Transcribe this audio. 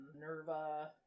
Nerva